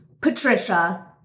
Patricia